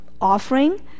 offering